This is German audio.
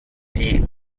die